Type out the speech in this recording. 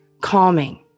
calming